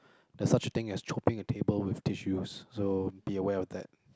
there's such a thing as chopping a table with tissues so be aware of that